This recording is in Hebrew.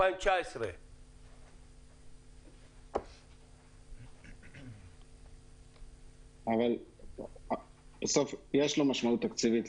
של 2019. בסוף יש לאירוע משמעות תקציבית.